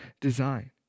design